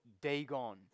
Dagon